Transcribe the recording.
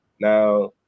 now